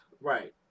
Right